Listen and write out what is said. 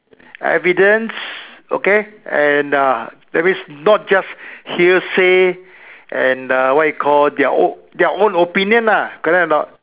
evidence okay and uh that means not just hearsay and uh what you call their own their own opinion lah correct or not